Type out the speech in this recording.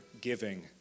giving